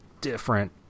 different